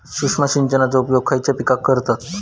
सूक्ष्म सिंचनाचो उपयोग खयच्या पिकांका करतत?